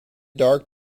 dark